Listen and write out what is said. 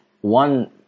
one